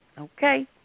Okay